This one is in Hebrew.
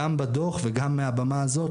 גם בדוח וגם מהבמה הזאת,